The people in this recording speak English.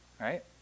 Right